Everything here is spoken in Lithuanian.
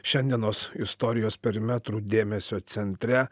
šiandienos istorijos perimetrų dėmesio centre